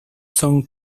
son